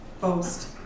boast